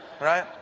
right